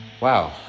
Wow